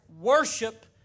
Worship